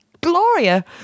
Gloria